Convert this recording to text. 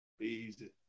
easy